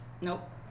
nope